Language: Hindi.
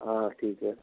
हाँ ठीक है